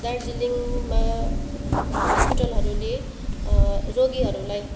दार्जिलिङमा हस्पिटलहरूले रोगीहरूलाई